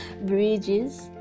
bridges